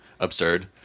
Absurd